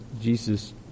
Jesus